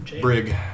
Brig